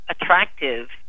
attractive